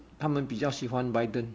他们比较喜欢 biden